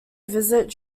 visit